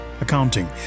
accounting